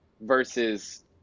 versus